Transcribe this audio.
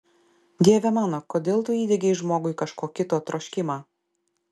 dieve mano kodėl tu įdiegei žmogui kažko kito troškimą